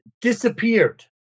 disappeared